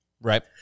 Right